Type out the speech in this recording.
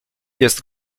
jest